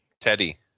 Teddy